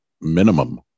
minimum